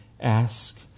ask